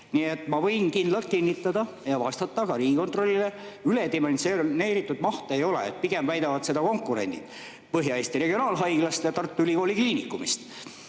Nii et ma võin kindlalt kinnitada ja vastata ka Riigikontrollile: üledimensioneeritud mahtu ei ole, pigem väidavad seda konkurendid Põhja-Eesti Regionaalhaiglast ja Tartu Ülikooli Kliinikumist.